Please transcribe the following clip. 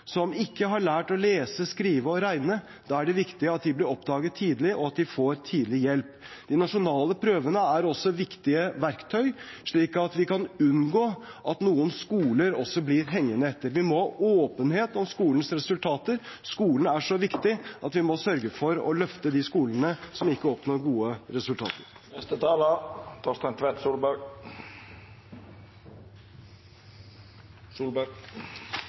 som ikke har lært å lese, skrive og regne. Da er det viktig at de blir oppdaget tidlig, og at de får tidlig hjelp. De nasjonale prøvene er også viktige verktøy, slik at vi kan unngå at noen skoler blir hengende etter. Vi må ha åpenhet om skolens resultater. Skolen er så viktig at vi må sørge for å løfte de skolene som ikke oppnår gode resultater.